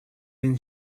and